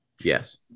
Yes